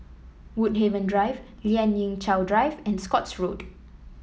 Woodhaven Drive Lien Ying Chow Drive and Scotts Road